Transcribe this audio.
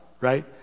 right